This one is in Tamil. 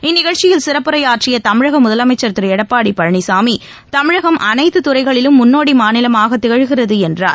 இந்த நிகழ்ச்சியில் சிறப்புரையாற்றிய தமிழக முதலமைச்சர் திரு எடப்பாடி பழனிசாமி தமிழகம் அனைத்து துறைகளிலும் முன்னோடி மாநிலமாக திகழ்கிறது என்றார்